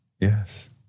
Yes